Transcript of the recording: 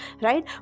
Right